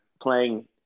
playing